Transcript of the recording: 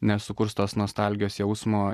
nesukurs tos nostalgijos jausmo